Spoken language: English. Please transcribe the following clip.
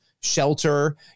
shelter